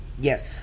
Yes